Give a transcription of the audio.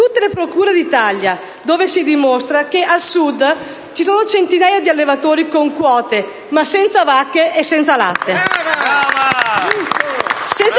tutte le procure d'Italia, nella quale si dimostra che al Sud ci sono centinaia di allevatori con quote, ma senza vacche e senza latte.